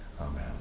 Amen